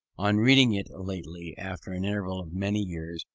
on reading it lately after an interval of many years,